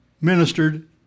ministered